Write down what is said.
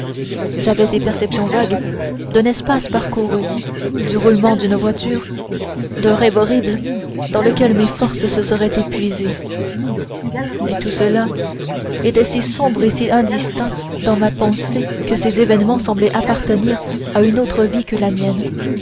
j'avais des perceptions vagues d'un espace parcouru du roulement d'une voiture d'un rêve horrible dans lequel mes forces se seraient épuisées mais tout cela était si sombre et si indistinct dans ma pensée que ces événements semblaient appartenir à une autre vie que la mienne